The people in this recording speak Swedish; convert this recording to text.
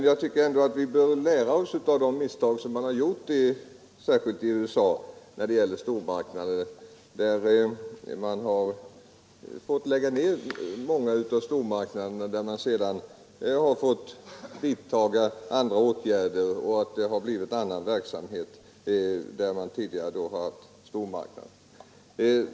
Jag tycker ändå att vi bör lära oss av de misstag som har gjorts när det gäller stormarknader, särskilt i USA, där man har måst lägga ner många av stormarknaderna och sedan fått vidta sådana åtgärder, att det har blivit annan verksamhet där det tidigare varit stormarknader.